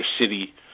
city